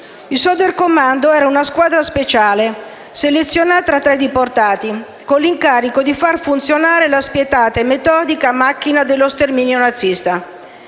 Il Sonderkommando era una squadra speciale, selezionata tra i deportati, con l'incarico di far funzionare la spietata e metodica macchina di sterminio nazista.